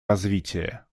развитие